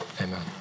Amen